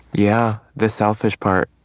yeah, the selfish part.